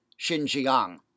Xinjiang